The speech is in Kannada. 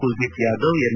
ಕುಲ್ದೀಪ್ ಯಾದವ್ ಎಂ